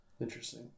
Interesting